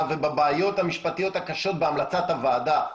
ובבעיות המשפטיות הקשות בהמלצת הוועדה,